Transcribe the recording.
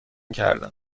کردم